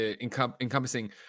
encompassing